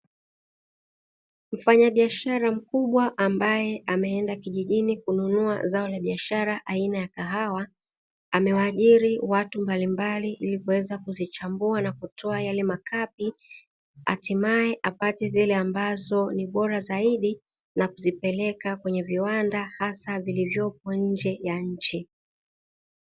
Mfanyabiashara mkubwa ambaye ameenda kijijini kununua zao la biashara aina ya kahawa, amewaajiri watu mbalimbali ili kuweza kuzichambua na kutoa yale makapi, hatimaye apate zile ambazo ni bora zaidi, na kuzipeleka kwenye viwanda hasa vilivyopo nje ya nchi.